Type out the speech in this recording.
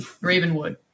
Ravenwood